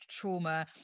trauma